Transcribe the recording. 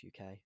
UK